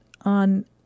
on